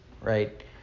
right